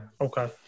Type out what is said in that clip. Okay